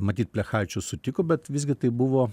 matyt plechavičių sutiko bet visgi tai buvo